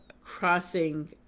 crossing